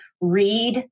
read